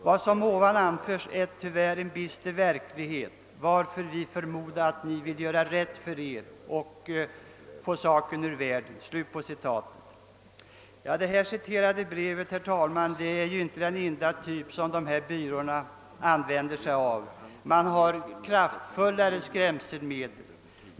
Vad som ovan anförs är tyvärr en bister verklighet, varför vi förmoda att Ni vill göra rätt för Er och få saken ur världen.» Det citerade brevet är icke den enda typ av kravbrev som dessa byråer använder. Man har kraftfullare skrämselmedel.